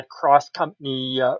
cross-company